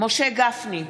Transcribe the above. משה גפני,